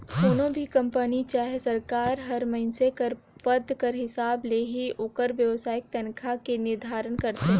कोनो भी कंपनी चहे सरकार हर मइनसे कर पद कर हिसाब ले ही ओकर बेसिक तनखा के निरधारन करथे